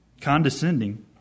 condescending